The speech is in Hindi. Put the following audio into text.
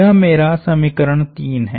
यह मेरा समीकरण 3 है